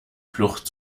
flucht